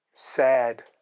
sad